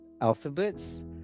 alphabets